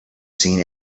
seen